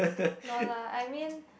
no lah I mean